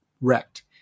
wrecked